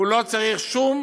הוא לא צריך שום